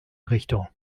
richtung